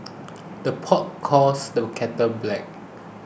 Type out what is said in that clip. the pot calls the kettle black